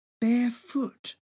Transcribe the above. barefoot